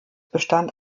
bestand